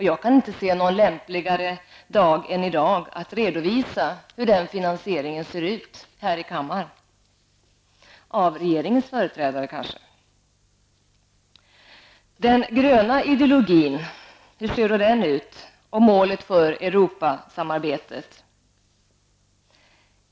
Jag kan inte se någon lämpligare dag för redovisning av finansieringen än nu här i kammaren -- kanske av regeringens företrädare! Hur ser då den gröna ideologin ut? Vilket är målet för Europasamarbetet?